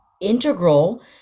integral